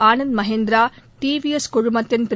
Anand Mahindra T V S குழுமத்தின் திரு